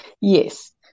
Yes